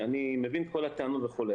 אני מבין את כל הטענות וכו'.